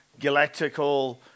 galactical